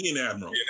Admiral